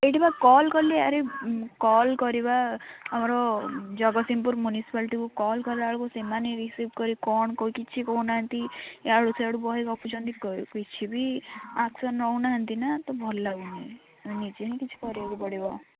ଏଇଠି ବା କଲ୍ କଲି ଆରେ କଲ୍ କରିବା ଆମର ଜଗତସିଂହପୁର ମ୍ୟୁନିସିପାଲିଟିକୁ କଲ୍ କଲାବେଳକୁ ସେମାନେ ରିସିଭ୍ କରି କ'ଣ କେଉଁ କିଛି କହୁନାହାନ୍ତି ୟାଡ଼ୁ ସିଆଡ଼ୁ ବହେ ଗପୁଛନ୍ତି କିଛି ବି ଆକ୍ସନ୍ ନେଉ ନାହାନ୍ତି ନା ତ ଭଲ ଲାଗୁନି ନିଜେ ହିଁ କିଛି କରିବାକୁ ପଡ଼ିବ